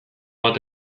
bat